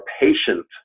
patient